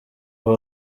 aho